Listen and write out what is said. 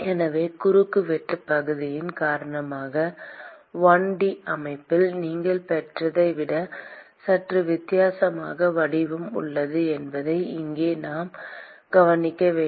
எனவே குறுக்கு வெட்டுப் பகுதியின் காரணமாக 1 டி அமைப்பில் நீங்கள் பெற்றதை விட சற்று வித்தியாசமான வடிவம் உள்ளது என்பதை இங்கே நாம் கவனிக்க வேண்டும்